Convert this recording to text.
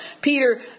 Peter